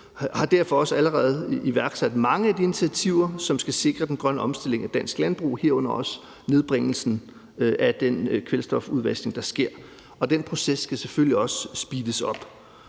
– har derfor også allerede iværksat mange af de initiativer, som skal sikre den grønne omstilling af dansk landbrug, herunder også nedbringelsen af den kvælstofudvaskning, der sker, og den proces skal selvfølgelig også speedes op.